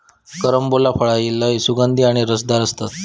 carambola फळा ही लय सुगंधी आणि रसदार असतत